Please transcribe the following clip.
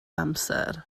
amser